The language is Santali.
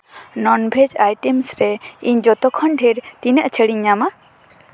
ᱱᱚᱱ ᱵᱷᱮᱡᱽ ᱟᱭᱴᱮᱢᱥ ᱨᱮ ᱤᱧ ᱡᱚᱛᱠᱷᱚᱱ ᱰᱷᱮᱨ ᱛᱤᱱᱟᱹᱜ ᱪᱷᱟᱹᱲᱤᱧ ᱧᱟᱢᱟ